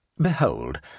behold